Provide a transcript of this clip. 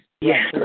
yes